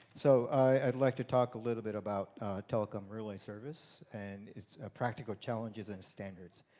so i would like to talk a little bit about telecom relay service and its practical challenges and standards.